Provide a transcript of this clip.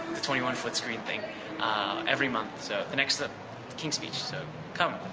the twenty one foot screen thing every month. so the next, the king's speech, so come.